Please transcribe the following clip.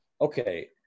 Okay